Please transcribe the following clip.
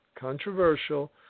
controversial